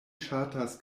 ŝatas